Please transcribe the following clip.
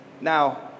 Now